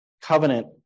covenant